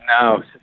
No